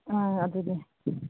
ꯑꯥ ꯑꯗꯨꯅꯤ